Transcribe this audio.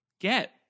Get